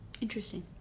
Interesting